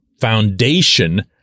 foundation